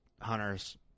hunters